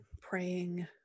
praying